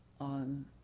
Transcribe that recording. on